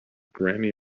grammy